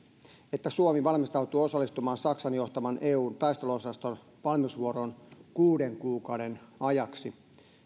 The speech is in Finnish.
että suomi valmistautuu osallistumaan saksan johtaman eun taisteluosaston valmiusvuoroon kuuden kuukauden ajaksi